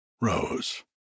rose